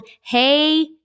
Hey